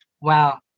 wow